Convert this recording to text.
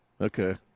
Okay